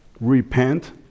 repent